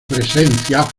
presencia